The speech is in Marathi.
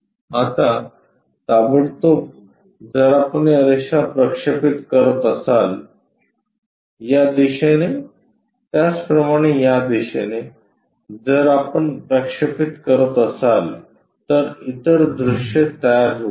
आता ताबडतोब जर आपण या रेषा प्रक्षेपित करत असाल या दिशेने त्याचप्रमाणे या दिशेने जर आपण प्रक्षेपित करत असाल तर इतर दृश्ये तयार होतील